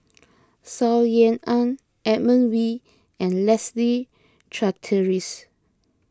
Saw Ean Ang Edmund Wee and Leslie Charteris